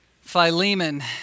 Philemon